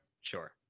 Sure